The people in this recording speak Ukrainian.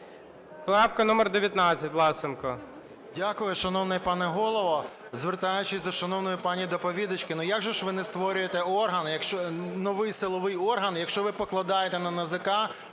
Дякую, шановний пане Голово. Звертаючись до шановної пані доповідачки, ну, як же ж ви не створюєте орган, якщо… новий силовий орган, якщо ви покладаєте на НАЗК,